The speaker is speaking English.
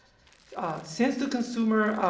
ah since the consumer,